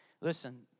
Listen